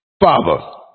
father